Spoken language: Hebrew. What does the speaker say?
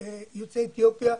רק ביוצאי אתיופיה.